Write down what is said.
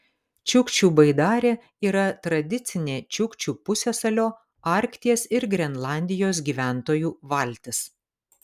čiukčių baidarė yra tradicinė čiukčių pusiasalio arkties ir grenlandijos gyventojų valtis